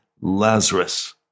Lazarus